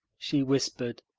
she whispered.